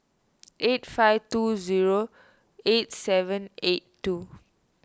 eight five two zero eight seven eight two